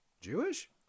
Jewish